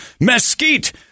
mesquite